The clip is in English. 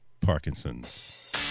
Parkinson's